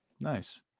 nice